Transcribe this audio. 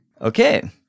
Okay